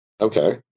okay